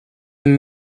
some